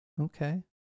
Okay